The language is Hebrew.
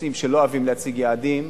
נושאים שלא אוהבים להציג בהם יעדים,